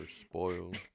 spoiled